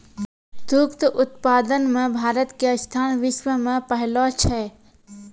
दुग्ध उत्पादन मॅ भारत के स्थान विश्व मॅ पहलो छै